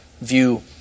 view